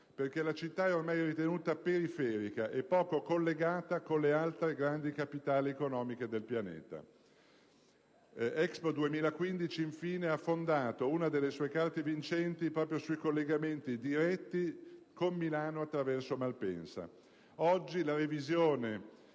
perché la città è ormai ritenuta periferica e poco collegata alle altre grandi capitali economiche del pianeta. L'Expo 2015, infine, ha fondato una delle sue carte vincenti proprio sui collegamenti diretti con Milano attraverso Malpensa. Oggi la revisione